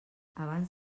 abans